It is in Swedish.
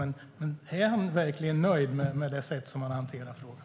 Men är han verkligen nöjd med det sätt som man har hanterat frågan?